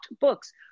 books